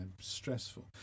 stressful